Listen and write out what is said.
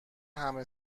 همه